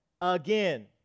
again